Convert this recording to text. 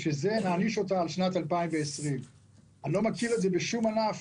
לכן נעניש אותה על שנת 2020. אני לא מכיר את זה בשום ענף,